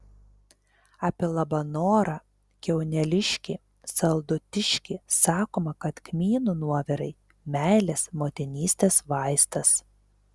apie labanorą kiauneliškį saldutiškį sakoma kad kmynų nuovirai meilės motinystės vaistas